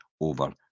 over